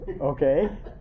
Okay